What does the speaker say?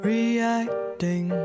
Reacting